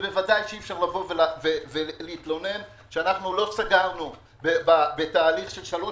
ודאי שאי אפשר להתלונן שלא סגרנו בתהליך של שלוש